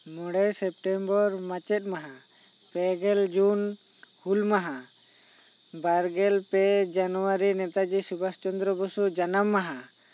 ᱢᱚᱬᱮ ᱥᱮᱯᱴᱮᱢᱵᱚᱨ ᱢᱟᱪᱮᱫ ᱢᱟᱦᱟ ᱯᱮ ᱜᱮᱞ ᱡᱩᱱ ᱦᱩᱞ ᱢᱟᱦᱟ ᱵᱟᱨ ᱜᱮᱞ ᱯᱮ ᱡᱟᱱᱣᱟᱨᱤ ᱱᱮᱛᱟᱡᱤ ᱥᱩᱵᱷᱟᱥ ᱪᱚᱱᱫᱨᱚ ᱵᱚᱥᱩ ᱡᱟᱱᱟᱢ ᱢᱟᱦᱟ